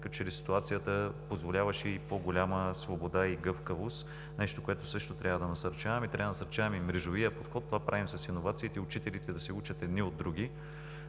че ли ситуацията позволяваше и по голяма свобода и гъвкавост – нещо, което също трябва да насърчаваме. Трябва да насърчаваме и мрежовия подход. Това правим с иновациите – учителите да се учат едни от други,